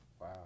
Wow